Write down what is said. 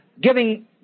giving